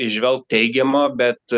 įžvelgt teigiamą bet